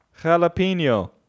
jalapeno